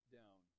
down